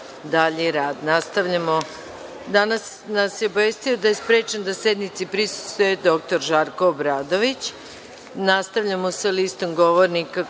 uslove za rad. Danas nas je obavestio da je sprečen da sednici prisustvuje dr Žarko Obradović. Nastavljamo sa listom govornika